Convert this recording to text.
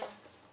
כן.